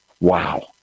Wow